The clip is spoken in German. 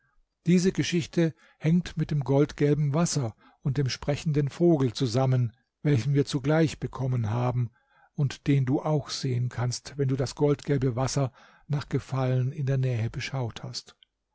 diese geschichte hängt mit dem goldgelben wasser und dem sprechenden vogel zusammen welchen wir zugleich bekommen haben und den du auch sehen kannst wenn du das goldgelbe wasser nach gefallen in der nähe beschaut hast